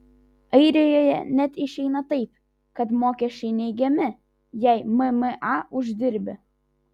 airijoje net išeina taip kad mokesčiai neigiami jei mma uždirbi